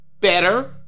better